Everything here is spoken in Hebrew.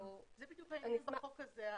זה בדיוק העניין בחוק הזה.